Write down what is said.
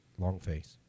Longface